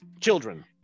children